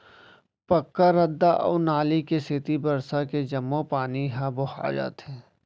पक्का रद्दा अउ नाली के सेती बरसा के जम्मो पानी ह बोहा जाथे